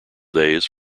days